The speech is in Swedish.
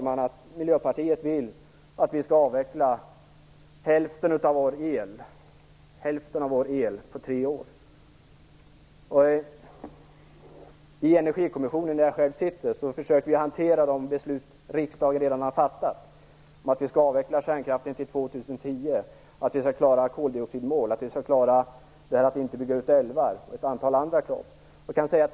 Miljöpartiet vill att vi skall avveckla hälften av vår el på tre år. I Energikommissionen, där jag själv sitter, försöker vi hantera de beslut riksdagen redan har fattat om att vi skall avveckla kärnkraften till år 2010, att vi skall klara våra koldioxidmål, att vi skall klara att inte bygga ut älvar och ett antal andra krav.